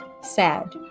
sad